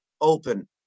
open